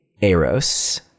Eros